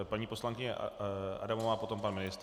Paní poslankyně Adamová, potom pan ministr.